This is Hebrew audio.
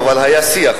אוקיי, אבל היה שיח.